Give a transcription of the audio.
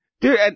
dude